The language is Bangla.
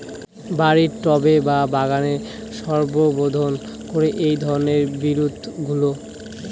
বাড়ির টবে বা বাগানের শোভাবর্ধন করে এই ধরণের বিরুৎগুলো